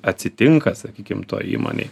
atsitinka sakykim toj įmonėj